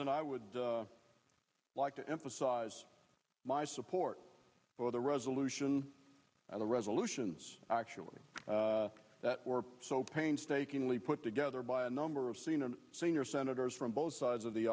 and i would like to emphasize my support for the resolution and the resolutions actually that were so painstakingly put together by a number of senior senior senators from both sides of the